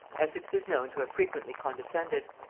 essex is known to have frequently condescended.